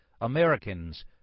Americans